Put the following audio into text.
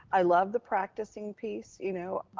i love the practicing piece. you know,